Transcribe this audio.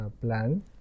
plan